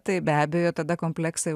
tai be abejo tada kompleksai